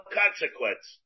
consequence